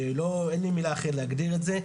אין לי מילה אחרת להגדיר את זה.